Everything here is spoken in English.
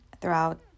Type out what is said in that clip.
throughout